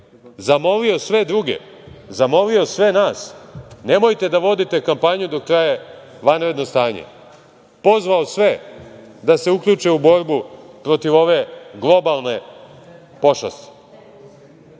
rečju. Zamolio sve druge, zamolio sve nas, nemojte da vodite kampanju dok traje vanredno stanje, pozvao sve da se uključe u borbu protiv ove globalne pošasti.